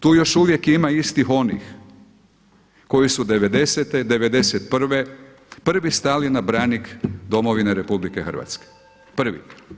Tu još uvijek ima istih onih koji su '90., '91. prvi stali na branik Domovine RH, prvi.